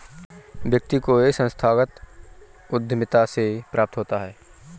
व्यक्ति को यह संस्थागत उद्धमिता से प्राप्त होता है